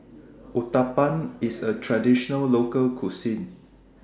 Uthapam IS A Traditional Local Cuisine